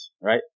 right